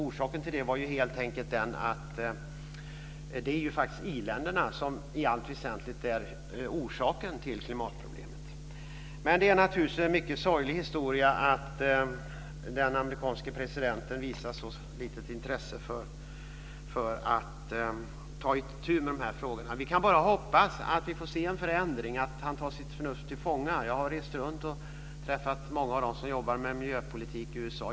Det beror helt enkelt på att det faktiskt är i-länderna som i allt väsentligt är orsaken till klimatproblemet. Det är naturligtvis en mycket sorglig historia att den amerikanske presidenten visar så litet intresse för att ta itu med dessa frågor. Vi kan bara hoppas att vi får se en förändring och att han tar sitt förnuft till fånga. Jag har rest runt och träffat många av dem som jobbar med miljöpolitik i USA.